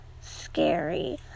scary